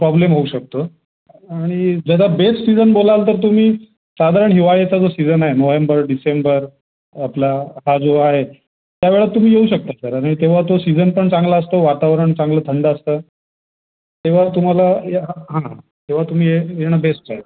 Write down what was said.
problem होऊ शकतो आणि जरा बेस्ट सीजन बोलाल तर तुम्ही साधारण हिवाळ्याचा जो सीजन आहे नोहेंबर डिसेंबर आपला हा जो आहे त्यावेळात तुम्ही येऊ शकतात सर आणि तेव्हा तो सीजन पण चांगला असतो वातावरण चांगलं थंड असतं तेव्हा तुम्हाला या हां तेव्हा तुम्ही ये येणं बेस्ट आहे